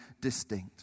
distinct